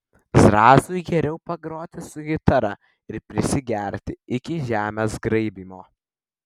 zrazui geriau pagroti su gitara ir prisigerti iki žemės graibymo